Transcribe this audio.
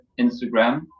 Instagram